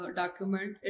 document